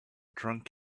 drunk